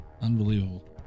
Unbelievable